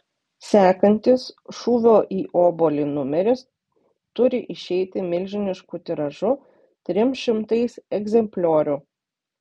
sekantis šūvio į obuolį numeris turi išeiti milžinišku tiražu trim šimtais egzempliorių